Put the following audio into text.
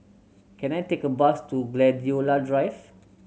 can I take a bus to Gladiola Drive